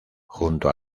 junto